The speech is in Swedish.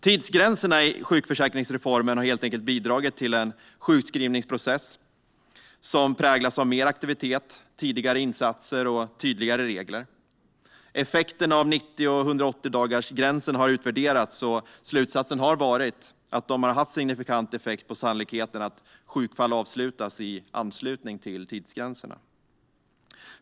Tidsgränserna i sjukförsäkringsreformen har helt enkelt bidragit till en sjukskrivningsprocess som präglas av mer aktivitet, tidigare insatser och tydligare regler. Effekten av 90 och 180-dagarsgränserna har utvärderats, och slutsatsen har varit att de har haft signifikant effekt på sannolikheten att sjukfall avslutas i anslutning till tidsgränserna.